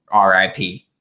RIP